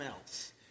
else